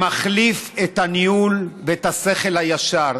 שמחליף את הניהול ואת השכל הישר.